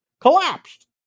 collapsed